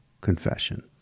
confession